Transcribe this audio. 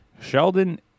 Sheldon